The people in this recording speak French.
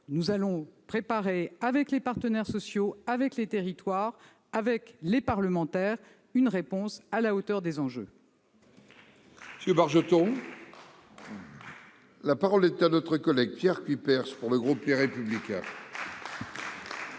nous préparons, avec les partenaires sociaux, avec les territoires, avec les parlementaires, une réponse à la hauteur des enjeux